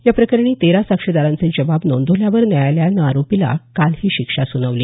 या प्रकरणी तेरा साक्षीदारांचे जबाब नोंदवल्यावर न्यायालयानं आरोपीला काल ही शिक्षा सुनावली